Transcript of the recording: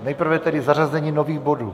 Nejprve tedy zařazení nových bodů.